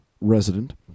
resident